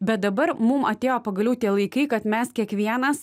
bet dabar mum atėjo pagaliau tie laikai kad mes kiekvienas